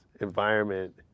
environment